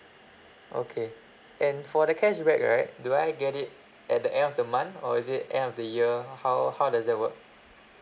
okay then for the cashback right do I get it at the end of the month or is it end of the year how how does that work